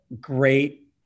great